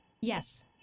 Yes